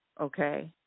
Okay